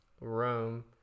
rome